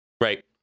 Right